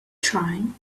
trying